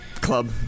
Club